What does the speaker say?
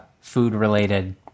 food-related